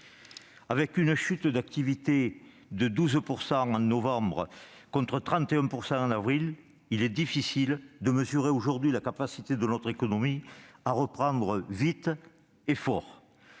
Avec une chute d'activité de 12 % en novembre contre 31 % en avril, il est difficile de mesurer aujourd'hui la capacité de notre économie à reprendre vite et fort,